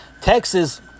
Texas